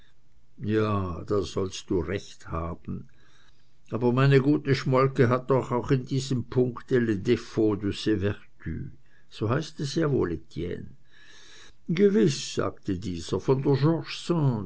ja da sollst du recht haben aber meine gute schmolke hat doch auch in diesem punkte les defauts de ses vertus so heißt es ja wohl etienne gewiß sagte dieser von der